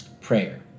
Prayer